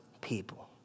people